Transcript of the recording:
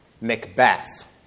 Macbeth